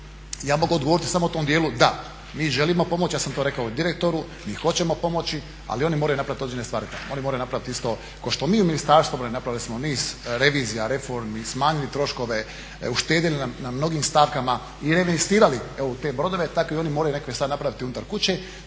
ja mogu odgovoriti samo u tom djelu da mi želimo pomoći, ja sam to rekao i direktoru, mi hoćemo pomoći ali oni moraju napraviti određene stvari, oni moraju napraviti isto kao što mi u Ministarstvu obrane napravili smo niz revizija, reformi, smanjili troškove, uštedili na mnogim stavkama i reinvestirali u te brodove, tako i oni moraju neke stvari napraviti unutar kuće